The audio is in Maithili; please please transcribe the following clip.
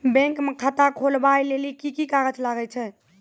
बैंक म खाता खोलवाय लेली की की कागज लागै छै?